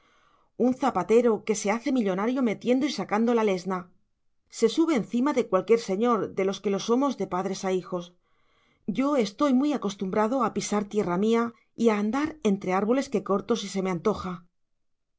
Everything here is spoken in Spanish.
un zapatero que se hace millonario metiendo y sacando la lesna se sube encima de cualquier señor de los que lo somos de padres a hijos yo estoy muy acostumbrado a pisar tierra mía y a andar entre árboles que corto si se me antoja